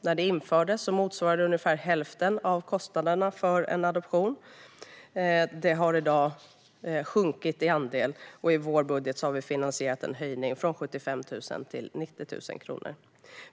När det infördes motsvarade det ungefär hälften av kostnaderna för en adoption, men i dag är det mindre. I vår budget har vi därför finansierat en höjning av bidraget från 75 000 till 90 000 kronor.